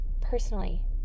personally